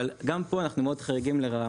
אבל גם פה אנחנו מאוד חריגים לרעה.